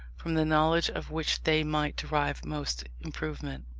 from the knowledge of which they might derive most improvement.